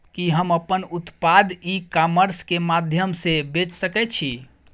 कि हम अपन उत्पाद ई कॉमर्स के माध्यम से बेच सकै छी?